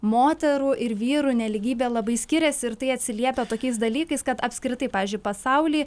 moterų ir vyrų nelygybė labai skiriasi ir tai atsiliepia tokiais dalykais kad apskritai pavyzdžiui pasauly